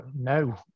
No